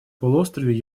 полуострове